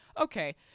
okay